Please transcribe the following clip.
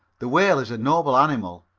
the whale is a noble animal,